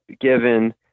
given